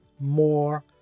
more